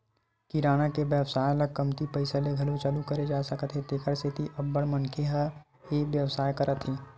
किराना के बेवसाय ल कमती पइसा ले घलो चालू करे जा सकत हे तेखर सेती अब्बड़ मनखे ह ए बेवसाय करत हे